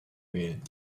wählen